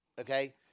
okay